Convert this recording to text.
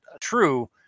true